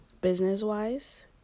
business-wise